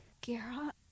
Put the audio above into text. Gara